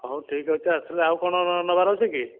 ହଉ ଠିକ୍ ଅଛି ଆସିଲେ ଆଉ କ'ଣ ନେବାର ଅଛି କି